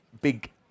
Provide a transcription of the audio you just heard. big